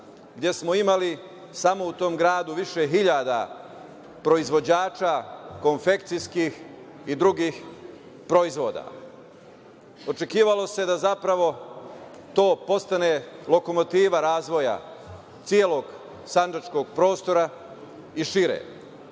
gde smo imali samo u tom gradu više hiljada proizvođača, konfekcijskih i drugih proizvoda. Očekivalo se da zapravo to postane lokomotiva razvoja celog sandžačkog prostora i šire.